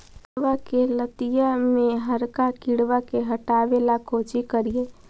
करेलबा के लतिया में हरका किड़बा के हटाबेला कोची करिए?